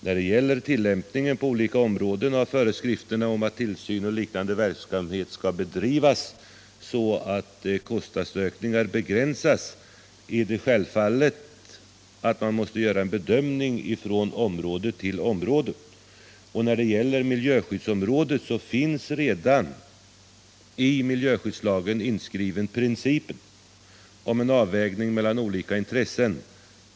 När det gäller tillämpningen på olika områden är det självfallet så att man måste göra en bedömning från område till område när det gäller föreskrifterna om att tillsyn och liknande verksamhet skall bedrivas så att kostnadsökningar begränsas. På miljöskyddsområdet finns redan i miljöskyddslagen inskriven principen om en avvägning mellan olika intressen.